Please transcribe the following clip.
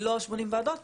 לא שמונים ועדות,